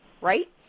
right